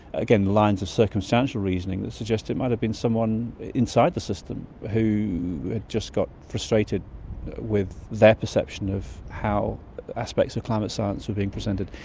again, lines of circumstantial reasoning that suggest it might have been someone inside the system who just got frustrated with their perception of how aspects of climate science were being presented.